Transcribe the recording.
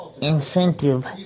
incentive